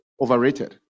overrated